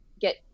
Get